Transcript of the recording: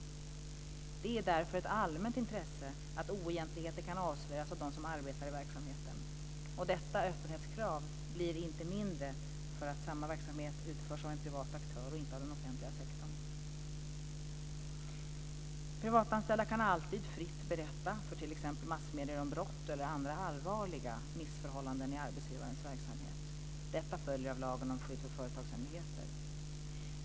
Det är därför ett allmänt intresse att oegentligheter kan avslöjas av dem som arbetar i verksamheten. Detta öppenhetskrav blir inte mindre för att samma verksamhet utförs av en privat aktör och inte av den offentliga sektorn. Privatanställda kan alltid fritt berätta för t.ex. massmedier om brott eller andra allvarliga missförhållanden i arbetsgivarens verksamhet. Det följer av lagen om skydd för företagshemligheter.